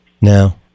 No